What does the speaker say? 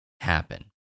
happen